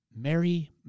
Mary